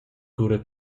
cura